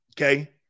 Okay